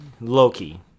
Loki